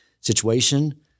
situation